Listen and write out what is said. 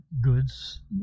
goods